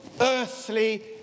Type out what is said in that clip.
earthly